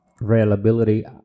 reliability